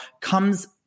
comes